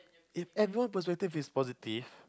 if everyone perspective is positive